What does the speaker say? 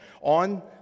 On